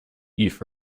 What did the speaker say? youth